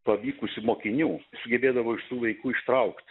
pavykusių mokinių sugebėdavo iš tų vaikų ištraukt